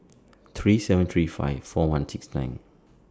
three seven three five four one six nine